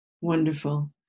Wonderful